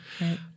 right